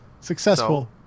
Successful